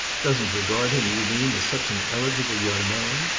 doesn't regard him you mean as such an eligible young man?